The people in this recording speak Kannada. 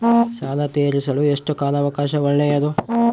ಸಾಲ ತೇರಿಸಲು ಎಷ್ಟು ಕಾಲ ಅವಕಾಶ ಒಳ್ಳೆಯದು?